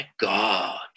god